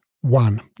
One